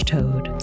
Toad